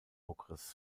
okres